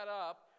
up